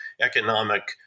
economic